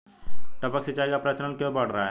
टपक सिंचाई का प्रचलन क्यों बढ़ रहा है?